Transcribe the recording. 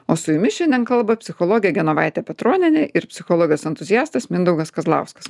o su jumis šiandien kalba psichologė genovaitė petronienė ir psichologas entuziastas mindaugas kazlauskas